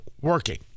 working